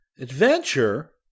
Adventure